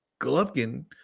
Golovkin